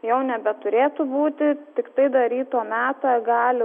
jau nebeturėtų būti tiktai dar ryto metą gali